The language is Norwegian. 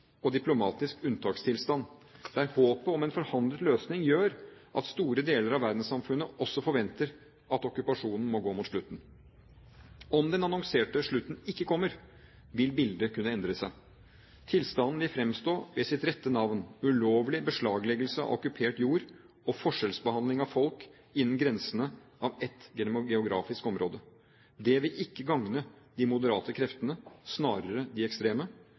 og diplomatisk unntakstilstand, der håpet om en forhandlet løsning gjør at store deler av verdenssamfunnet også forventer at okkupasjonen må gå mot slutten. Om den annonserte slutten ikke kommer, vil bildet kunne endre seg. Tilstanden vil fremstå ved sitt rette navn – ulovlig beslagleggelse av okkupert jord og forskjellsbehandling av folk innen grensene av et geografisk område. Det vil ikke gagne de moderate kreftene, snarere de ekstreme.